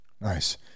Nice